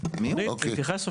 תגידי לי מה הבעיה כרגע?